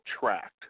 tracked